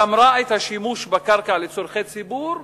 גמרה את השימוש בקרקע לצורכי ציבור,